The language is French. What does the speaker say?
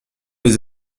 les